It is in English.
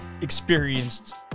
Experienced